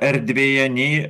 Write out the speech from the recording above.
erdvėje nei